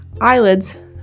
eyelids